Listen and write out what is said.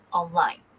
online